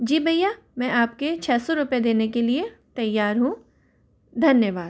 जी भैया मैं आपके छ सौ रुपये देने के लिए तैयार हूँ धन्यवाद